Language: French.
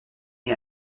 née